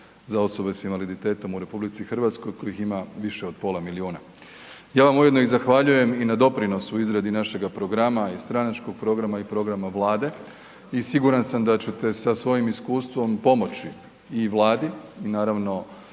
za osobe s invaliditetom u RH kojih ima više od pola milijuna. Ja vam ujedno zahvaljujem i na doprinosu u izradi našega programa i stranačkog programa i programa vlade i siguran sam da ćete sa svojim iskustvom pomoći i vladi i naravno